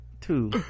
Two